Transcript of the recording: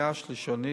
מניעה שלישונית,